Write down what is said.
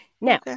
Now